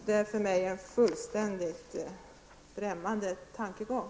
Det är för mig en fullständigt främmande tankegång.